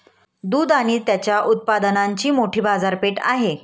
दूध आणि त्याच्या उत्पादनांची मोठी बाजारपेठ आहे